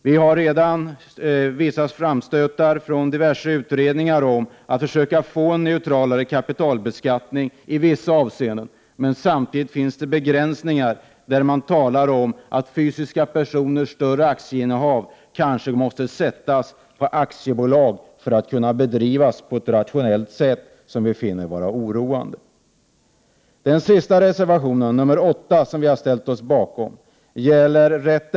Vi har redan fått vissa framstötar från olika utredningar om att man skall försöka få en neutralare kapitalbeskattning i vissa avseenden. Samtidigt finns det dock begränsningar. Man talar om att fysiska personers större aktieinnehav kanske måste sättas på aktiebolag för att kunna bedrivas på ett rationellt sätt. Detta finner vi vara oroande. Vi har även ställt oss bakom reservation nr 8.